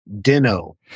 dino